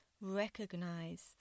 recognize